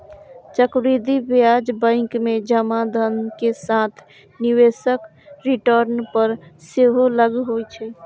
चक्रवृद्धि ब्याज बैंक मे जमा धन के साथ निवेशक रिटर्न पर सेहो लागू होइ छै